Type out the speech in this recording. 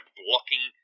blocking